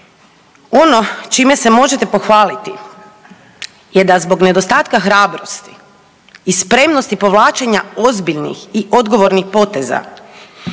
Ono čime se možete pohvaliti je da zbog nedostatka hrabrosti i spremnosti povlačenja ozbiljnih i odgovornih poteza